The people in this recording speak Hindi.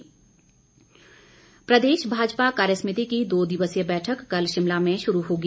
बैठक प्रदेश भाजपा कार्य समिति की दो दिवसीय बैठक कल शिमला में शुरू होगी